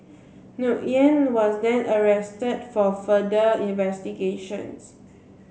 Nguyen was then arrested for further investigations